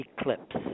eclipse